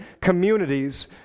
communities